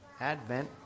Advent